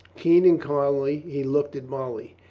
keen and kindly he looked at molly.